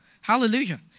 Hallelujah